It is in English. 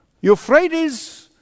Euphrates